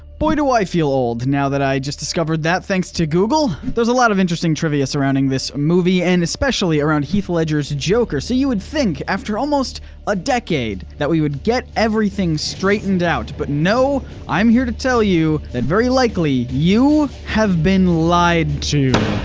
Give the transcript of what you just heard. boy, do i feel old now that i just discovered that thanks to google. there's a lot of interesting trivia surrounding this movie and especially around heath ledger's joker, so you would think after almost a decade that we would get everything straightened out, but no, i'm here to tell you that very likely you have been lied to.